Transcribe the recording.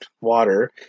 water